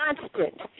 constant